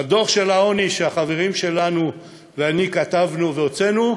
בדוח העוני שהחברים שלנו ואני כתבנו והוצאנו,